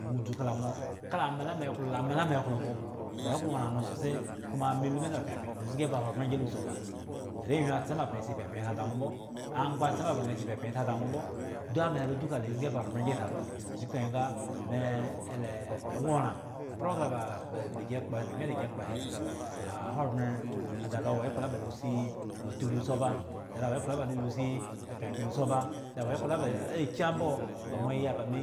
Eno dzu kala mo laa ama la me klo la ala me klo mbo me go oran lo sossai nga me lu mele pyepyan uzgi ebi ahogbren lasi ba are whi tsema bmasi pyepyan asi nwo mbo nga me ama duka ala zgi ahogbren ala si ba chuku eka nga me e ele gnaran programme ba gi ba bmi da gi kpo he ahogbren adalo wo ekplo lo ba losis uturi si oba da wo ekpla la ba lesi opyepyan si abada wo aki ambo ba ma yiya ba me